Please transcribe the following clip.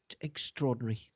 extraordinary